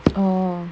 oh